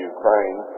Ukraine